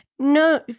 no